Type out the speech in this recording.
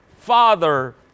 father